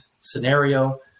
scenario